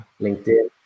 LinkedIn